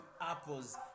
apples